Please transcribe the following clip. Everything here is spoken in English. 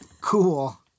cool